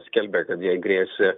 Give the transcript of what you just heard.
skelbė kad jai grėsė